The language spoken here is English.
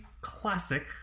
classic